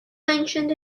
mentioned